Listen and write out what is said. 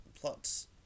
plots